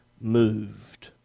moved